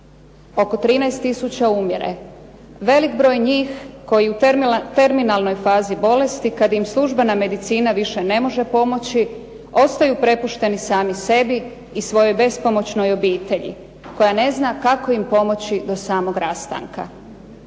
oko 13 tisuća umire, velik broj njih koji u terminalnoj fazi bolesti kada im službena medicina više ne može pomoći ostaju prepušteni sami sebi i svojoj bespomoćnoj obitelji koja ne zna kako im pomoći do samog rastanka.